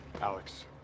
Alex